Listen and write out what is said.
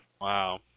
Wow